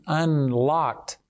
unlocked